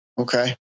Okay